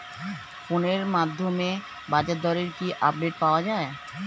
ফোনের মাধ্যমে বাজারদরের কি আপডেট পাওয়া যায়?